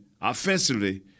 offensively